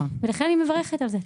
ולכן אני מברכת על זה.